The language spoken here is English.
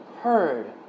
heard